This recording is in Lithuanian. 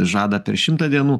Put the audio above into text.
žada per šimtą dienų